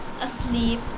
asleep